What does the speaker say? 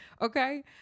Okay